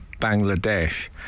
bangladesh